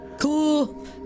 Cool